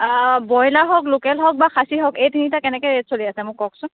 broiler হওক local হওক বা খাচী হওক এই তিনিটাৰ কেনেকৈ ৰে'ট চলি আছে মোক কওকচোন